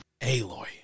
Aloy